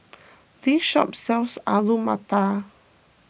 this shop sells Alu Matar